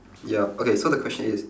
ya okay so the question is